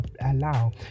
allow